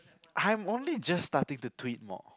I'm only just starting to tweet more